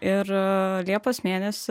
ir liepos mėnesį